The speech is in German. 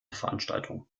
veranstaltung